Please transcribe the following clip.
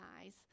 eyes